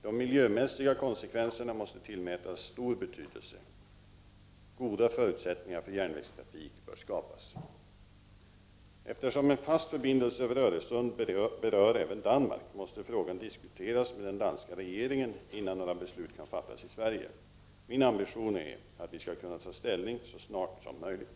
De miljömässiga konsekvenserna måste tillmätas stor betydelse. Goda förutsättningar för järnvägstrafik bör skapas. Eftersom en fast förbindelse över Öresund berör även Danmark, måste frågan diskuteras med den danska regeringen innan några beslut kan fattas i Sverige. Min ambition är att vi skall kunna ta ställning så snart som möjligt.